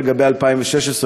לגבי 2016,